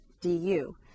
du